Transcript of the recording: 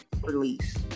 release